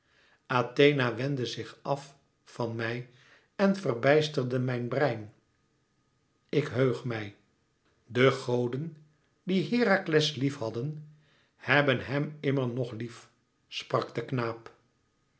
athena wendde zich af van mij en verbijsterde mijn brein ik heug mij de goden die herakles lief hadden hebben hem immer nog lief sprak de knaap